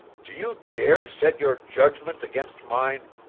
do you dare set your judgment against mine?